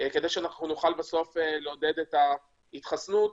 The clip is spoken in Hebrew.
כדי שנוכל לעודד את ההתחסנות.